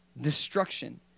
destruction